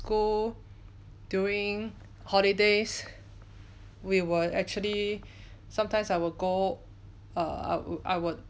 school during holidays we will actually sometimes I will go err I would I would